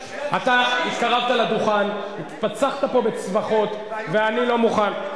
אתה התקרבת לדוכן, פצחת פה בצווחות ואני לא מוכן.